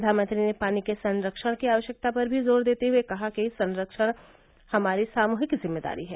प्रधानमंत्री ने पानी के संरक्षण की आवश्यकता पर भी जोर देते हुए कहा कि जल संरक्षण हमारी सामूहिक जिम्मेदारी है